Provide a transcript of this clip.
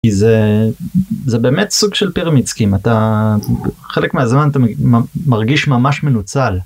זה... זה באמת סוג של פרמיד- סקים, אתה... חלק מהזמן, אתה מרגיש ממש מנוצל.